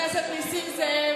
חבר הכנסת נסים זאב,